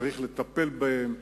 צריך לטפל בהן.